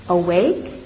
awake